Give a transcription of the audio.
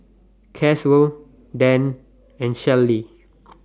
Caswell Dann and Shellie